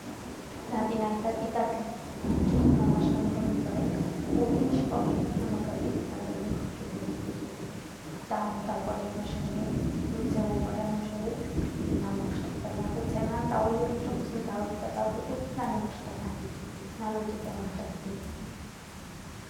Na tina itat itat tchuku axni na makapinparay putim xkgox na makapin lha kati makchux k tawa na tawaparay no xa xamiel le tse wanpara uno xau manaxtakgparay lu tse na taway likuchun pus nataway palha tawakuyun pus na namakgxtakgan nanuntsa tsana jenjibre